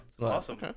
Awesome